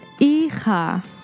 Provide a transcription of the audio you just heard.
Hija